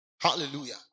Hallelujah